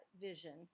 vision